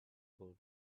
hole